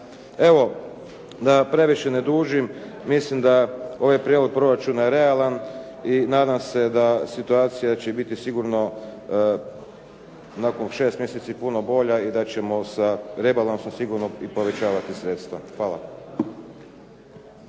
Evo, da previše ne dužim. Mislim da ovaj prijedlog proračuna je realan i nadam se da će situacija biti sigurno nakon 6 mjeseci sigurno puno bolja i da ćemo rebalansom sigurno povećavati sredstava. Hvala.